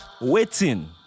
Waiting